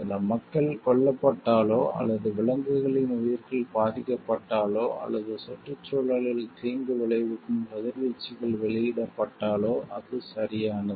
சில மக்கள் கொல்லப்பட்டாலோ அல்லது விலங்குகளின் உயிர்கள் பாதிக்கப்பட்டாலோ அல்லது சுற்றுச்சூழலில் தீங்கு விளைவிக்கும் கதிர்வீச்சுகள் வெளியிடப்பட்டாலோ அது சரியானது